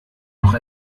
noch